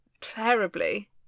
terribly